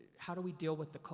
how do we deal with the cul,